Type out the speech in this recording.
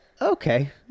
Okay